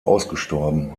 ausgestorben